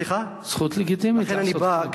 זכות לגיטימית לעשות, לכן, אני בא.